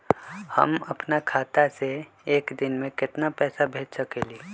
हम अपना खाता से एक दिन में केतना पैसा भेज सकेली?